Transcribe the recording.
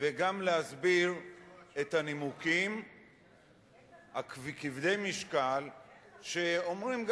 וגם להסביר את הנימוקים כבדי המשקל שאומרים,